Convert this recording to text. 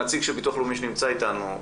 הנציג של ביטוח לאומי שנמצא איתנו,